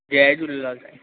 जय झूलेलाल साईं